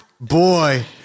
Boy